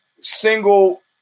single